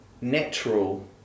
natural